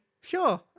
sure